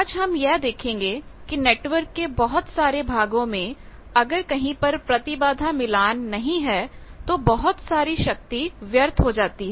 आज हम यह देखेंगे कि नेटवर्क के बहुत सारे भागों में अगर कहीं पर प्रतिबाधा मिलान नहीं है तो बहुत सारी शक्ति व्यर्थ हो जाती है